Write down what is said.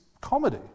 comedy